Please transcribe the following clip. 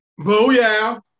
Booyah